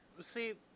see